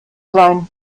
sein